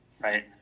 right